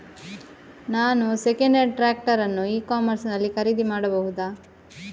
ನಾನು second hand tractor ಅನ್ನು e commerce ನಲ್ಲಿ ಖರೀದಿ ಮಾಡಬಹುದಾ?